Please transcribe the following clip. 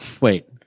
Wait